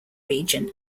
region